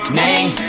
name